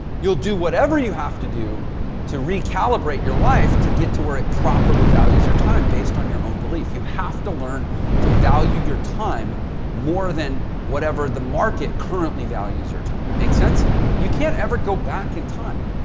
you'll do whatever you have to do to recalibrate your life to get to where it properly values your time based on your own belief. you have to learn to value your time more than whatever the market currently values your time. makes sense. you can't ever go back in time.